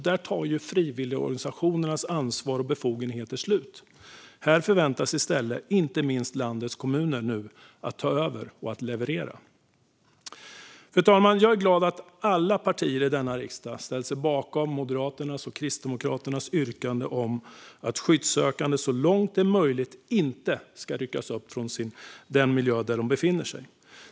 Där tar frivilligorganisationernas ansvar och befogenheter slut, och i stället förväntas inte minst landets kommuner ta över och leverera. Fru talman! Jag är glad att alla partier i denna riksdag har ställt sig bakom Moderaternas och Kristdemokraternas yrkande om att skyddssökande så långt det är möjligt inte ska ryckas upp från den miljö där de befinner sig.